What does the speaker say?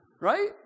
right